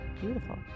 beautiful